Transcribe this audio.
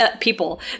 people